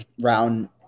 round